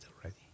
already